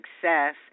success